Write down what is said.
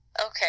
Okay